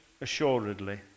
assuredly